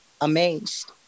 amazed